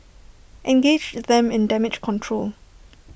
engage them in damage control